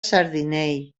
sardinell